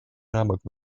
рамок